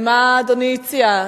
מה אדוני הציע?